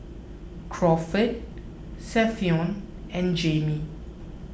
Crawford Savion and Jamie